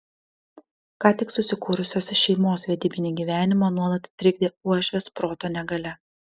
ką tik susikūrusios šeimos vedybinį gyvenimą nuolat trikdė uošvės proto negalia